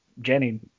jenny